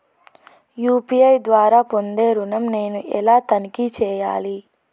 UPI ద్వారా పొందే ఋణం నేను ఎలా తనిఖీ చేయాలి?